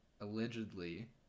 allegedly